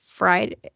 Friday